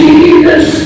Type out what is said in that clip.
Jesus